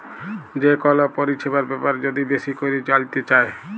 যে কল পরিছেবার ব্যাপারে যদি বেশি ক্যইরে জালতে চায়